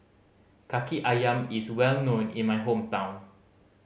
Kaki Ayam is well known in my hometown